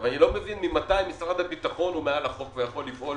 אני לא מבין ממתי משרד הביטחון הוא מעל החוק ויכול לפעול